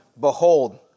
behold